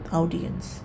audience